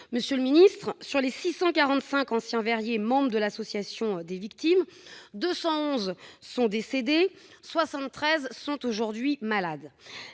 Monsieur le secrétaire d'État, sur les 645 anciens verriers membres de l'association des victimes, 211 sont décédés et 73 sont aujourd'hui malades.